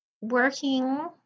working